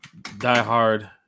diehard